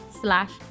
slash